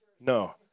No